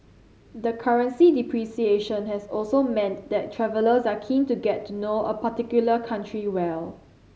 the currency depreciation has also meant that travellers are keen to get to know a particular country well